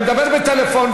ומדבר בטלפון,